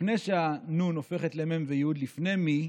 לפני שהנו"ן הופכת למ"ם ויו"ד, לפני מי,